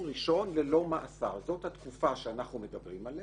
ראשון ללא מאסר" זאת התקופה שאנחנו מדברים עליה,